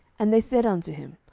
and they said unto him,